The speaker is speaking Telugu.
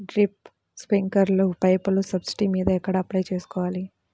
డ్రిప్, స్ప్రింకర్లు పైపులు సబ్సిడీ మీద ఎక్కడ అప్లై చేసుకోవాలి?